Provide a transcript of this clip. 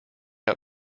out